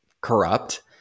corrupt